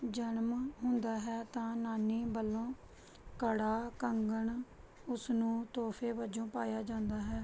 ਜਨਮ ਹੁੰਦਾ ਹੈ ਤਾਂ ਨਾਨੀ ਵੱਲੋਂ ਕੜਾ ਕੰਗਣ ਉਸਨੂੰ ਤੋਹਫੇ ਵਜੋਂ ਪਾਇਆ ਜਾਂਦਾ ਹੈ